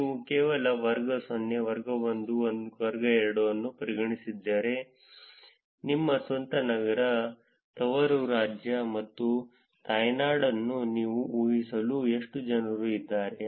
ನೀವು ಕೇವಲ ವರ್ಗ 0 ವರ್ಗ 1 ಮತ್ತು ವರ್ಗ 2 ಅನ್ನು ಪರಿಗಣಿಸಿದರೆ ನಿಮ್ಮ ಸ್ವಂತ ನಗರ ತವರು ರಾಜ್ಯ ಮತ್ತು ತಾಯ್ನಾಡನ್ನು ನೀವು ಊಹಿಸಲು ಎಷ್ಟು ಜನರು ಇದ್ದಾರೆ